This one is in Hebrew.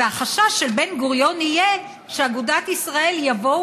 והחשש של בן-גוריון היה שאגודת ישראל יבואו